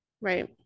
right